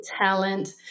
talent